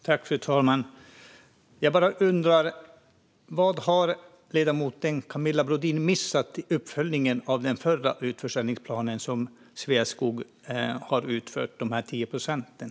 Fru talman! Vad har ledamoten Camilla Brodin missat i uppföljningen av den förra utförsäljningsplanen för Sveaskog, det vill säga de 10 procenten?